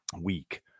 week